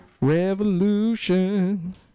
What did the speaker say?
Revolution